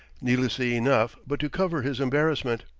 needlessly enough, but to cover his embarrassment.